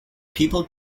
people